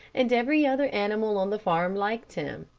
and every other animal on the farm liked him.